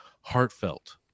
heartfelt